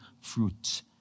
fruit